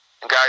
guys